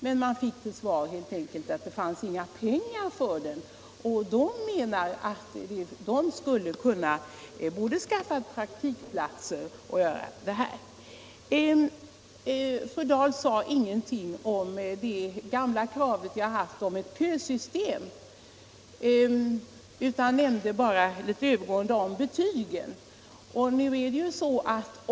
Men man fick till svar att det inte fanns några pengar för detta. De menar att de skulle klara av att skaffa praktikplatser för en ökad grundutbildning. Fru Dahl sade ingenting om vårt gamla krav om ett kösystem utan nämnde :bara i förbigående betygen.